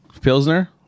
pilsner